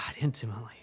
intimately